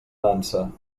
dansa